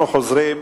אנחנו חוזרים